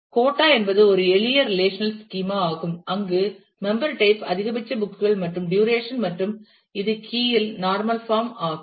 quota என்பது ஒரு எளிய ரெலேஷனல் ஸ்கீமா ஆகும் அங்கு மெம்பர் டைப் அதிகபட்ச புக் கள் மற்றும் டுரேஷன் மற்றும் இது கீ இல் நார்மல் பாம் ஆகும்